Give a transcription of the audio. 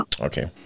okay